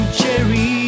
cherry